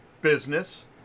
business